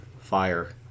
fire